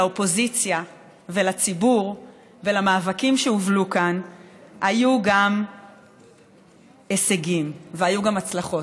לאופוזיציה ולציבור ולמאבקים שהובלו כאן היו גם הישגים והיו גם הצלחות,